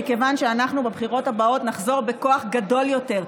מכיוון שבבחירות הבאות נחזור בכוח גדול יותר,